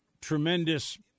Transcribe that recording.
tremendous